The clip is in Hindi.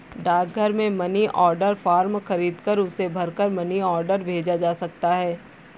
डाकघर से मनी ऑर्डर फॉर्म खरीदकर उसे भरकर मनी ऑर्डर भेजा जा सकता है